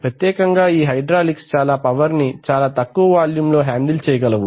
ప్రత్యేకంగా ఈ హైడ్రాలిక్స్ చాలా పవర్ ని చాలా తక్కువ వాల్యూమ్ లో హ్యాండిల్ చేయగలవు